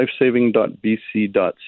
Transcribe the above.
lifesaving.bc.ca